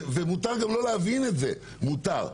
מותר גם לא להבין את זה, מותר.